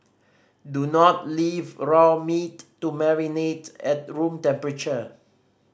do not leave raw meat to marinate at room temperature